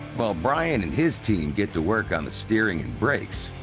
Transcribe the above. while brian and his team get to work on the steering and brakes.